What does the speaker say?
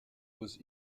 was